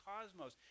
cosmos